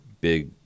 big